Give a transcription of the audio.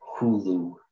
Hulu